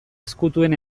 ezkutuen